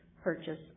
purchase